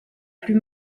plus